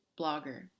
blogger